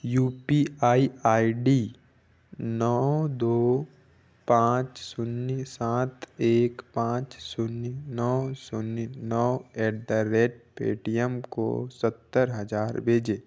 you P I I D नौ दो पाँच शून्य सात एक पाँच शून्य नौ शून्य नौ एट द रेट पेटीएम को सत्तर हज़ार भेजें